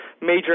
major